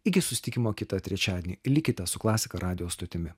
iki susitikimo kitą trečiadienį likite su klasika radijo stotimi